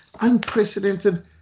unprecedented